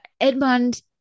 Edmond